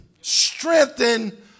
Strengthen